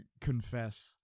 confess